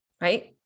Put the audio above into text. right